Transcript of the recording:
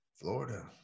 Florida